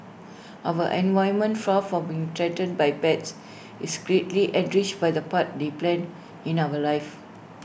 our environment far from being threatened by pets is greatly enriched by the part they play in our lives